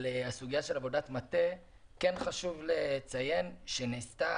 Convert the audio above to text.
הסוגיה של עבודת מטה: כן חשוב לציין שנעשתה